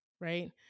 right